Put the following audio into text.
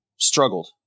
struggled